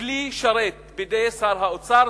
לכלי שרת בידי שר האוצר,